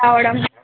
రావడం